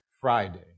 Friday